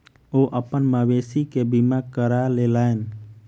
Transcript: ओ अपन मवेशी के बीमा करा लेलैन